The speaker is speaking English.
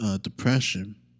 depression